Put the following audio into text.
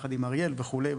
יחד עם אריאל וכולי,